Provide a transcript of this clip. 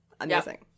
amazing